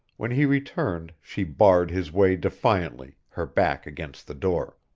when he returned she barred his way defiantly, her back against the door.